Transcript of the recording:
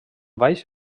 valls